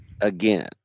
again